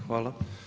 Hvala.